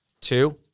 two